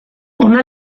ona